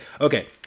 okay